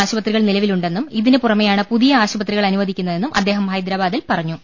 ആശുപത്രികൾ നില വിലുണ്ടെന്നും ഇതിന് പുറമേയാണ് പുതിയ ആശുപത്രികൾ അനു വദിക്കുന്നതെന്നും അദ്ദേഹം ഹൈദരാബാദിൽ പറഞ്ഞു